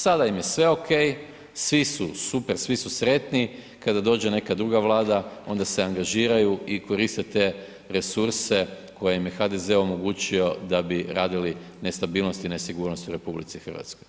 Sada im je sve ok, svi su super, svi su sretni kada dođe neka druga vlada onda se angažiraju i koriste te resurse koje im je HDZ omogućio da bi radili nestabilnost i nesigurnost u RH.